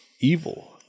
Evil